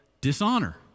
dishonor